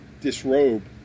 disrobe